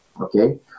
okay